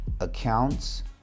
accounts